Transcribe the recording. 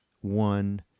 one